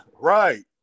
Right